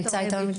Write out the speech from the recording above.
ממנו,